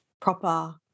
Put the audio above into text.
proper